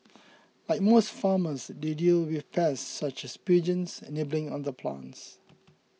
like most farmers they deal with pests such as pigeons nibbling on the plants